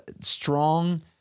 strong